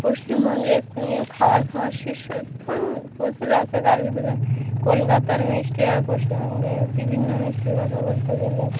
পশ্চিমবঙ্গে স্থানীয় খাবার খাওয়ার শীর্ষ স্থান প্রচুর আছে তার ভিতরে কলকাতার মিষ্টির আর পশ্চিমবঙ্গে বিভিন্ন মিষ্টির কথা বলতে গেলে